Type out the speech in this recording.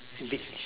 big